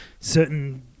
certain